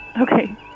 Okay